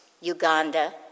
Uganda